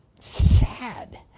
sad